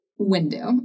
window